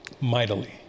mightily